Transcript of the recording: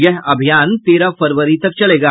यह अभियान तेरह फरवरी तक चलेगा